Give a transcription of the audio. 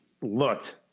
Looked